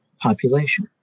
population